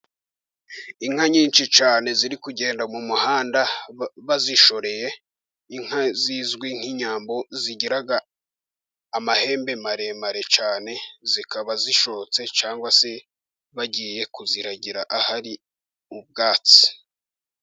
Inka nyinshi cyane ziri kugenda mu muhanda bazishoreye, inka zizwi nk'inyambo zigira amahembe maremare cyane, zikaba zishotse cyangwa se bagiye kuziragira ahari ubwatsi.